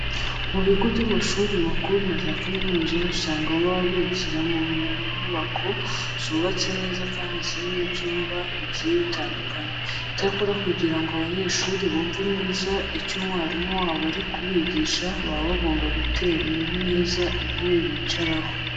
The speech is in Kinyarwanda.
Mu bigo by'amashuri makuru na za kaminuza usanga baba bigira mu nyubako zubatse neza kandi zirimo ibyumba bigiye bitandukanye. Icyakora kugira ngo abanyeshuri bumve neza ibyo umwarimu wabo ari kubigisha baba bagomba gutera neza intebe bicaraho.